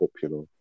popular